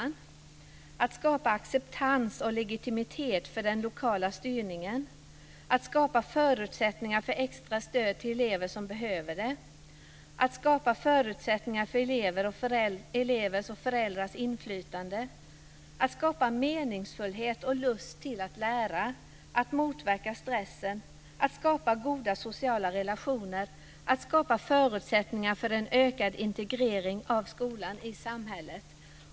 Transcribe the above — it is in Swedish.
Man vill skapa acceptans och legitimitet för den lokala styrningen. Man vill skapa förutsättningar för extra stöd till elever som behöver det. Man vill skapa förutsättningar för elevers och föräldrars inflytande. Man vill skapa meningsfullhet och lust till att lära, motverka stressen och skapa goda sociala relationer. Man vill skapa förutsättningar för en ökad integrering av skolan i samhället.